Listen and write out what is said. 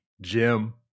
Jim